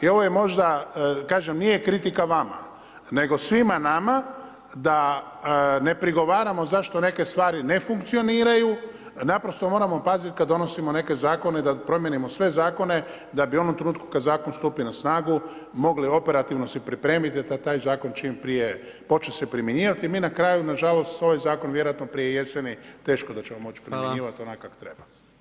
I ovo je možda, kažem nije kritika vama nego svima nama da ne prigovaramo zašto neke stvari ne funkcioniraju, naprosto moramo paziti kad donosimo neke zakone da promijenimo sve zakone, da bi u onom trenutku kad zakon stupi na snagu, mogli operativno se pripremiti da taj zakon čim prije počne se primjenjivati, mi na kraju nažalost ovaj zakon vjerojatno prije jeseni teško da ćemo moći primjenjivati onako kako treba.